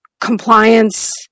compliance